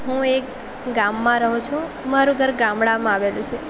હું એક ગામમાં રહું છું મારું ઘર ગામડામાં આવેલું છે